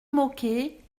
môquet